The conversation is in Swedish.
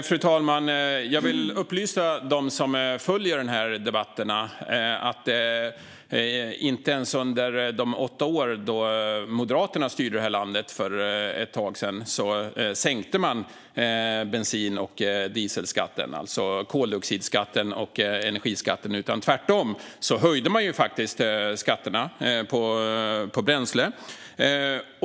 Fru talman! Jag vill upplysa de som följer debatten om att man inte ens under de åtta år då Moderaterna styrde landet sänkte bensin och dieselskatterna, alltså koldioxidskatten och energiskatten. Tvärtom höjde man faktiskt skatterna på bränsle.